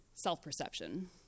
self-perception